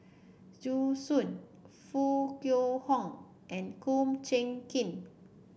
Zhu Xu Foo Kwee Horng and Kum Chee Kin